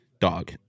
Dog